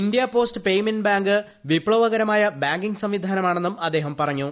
India post payment bank ഒരു വിപ്തവകരമായ banking സംവിധാനമാണെന്നും അദ്ദേഹം പറഞ്ഞു